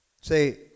say